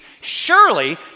Surely